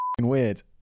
weird